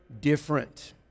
different